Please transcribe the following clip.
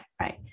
right